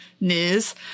news